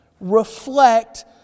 reflect